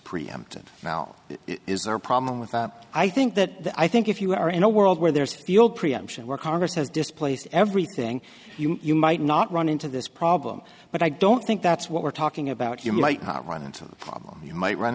preemptive now is there a problem with that i think that i think if you are in a world where there is fuel preemption where congress has displaced everything you might not run into this problem but i don't think that's what we're talking about you might run into problems you might run